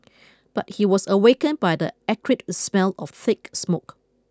but he was awakened by the acrid smell of thick smoke